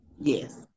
yes